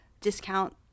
discount